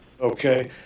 okay